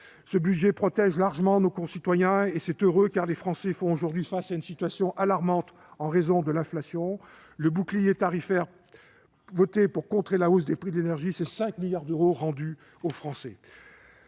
ce budget protège largement nos concitoyens, et c'est heureux, car les Français font aujourd'hui face à une situation alarmante en raison de l'inflation. Veuillez conclure. Le bouclier tarifaire voté pour contrer la hausse des prix de l'énergie, ce sont 5 milliards d'euros rendus au Français.